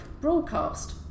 broadcast